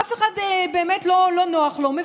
אף אחד באמת לא נוח לו.